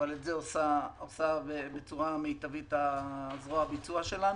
אבל את זה עושה בצורה מיטבית זרוע הביצוע שלנו.